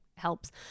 helps